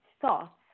thoughts